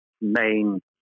main